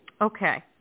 Okay